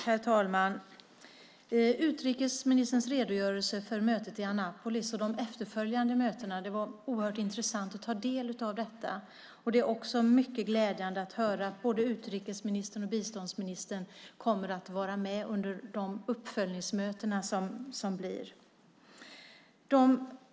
Herr talman! Det var oerhört intressant att ta del av utrikesministerns redogörelse för mötet i Annapolis och de efterföljande mötena. Det är också mycket glädjande att höra att både utrikesministern och biståndsministern kommer att vara med under de uppföljningsmöten som blir.